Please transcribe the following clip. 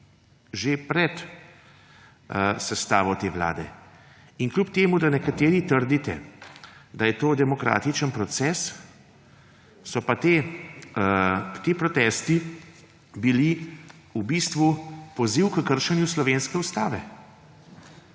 že pred sestavo te vlade. Kljub temu da nekateri trdite, da je to demokratičen proces, so pa ti protesti bili v bistvu poziv k kršenju slovenske ustave.